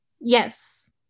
Yes